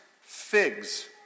figs